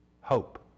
Hope